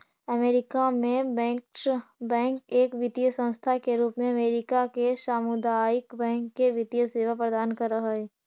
America में bankers bank एक वित्तीय संस्था के रूप में अमेरिका के सामुदायिक बैंक के वित्तीय सेवा प्रदान कर हइ